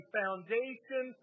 foundation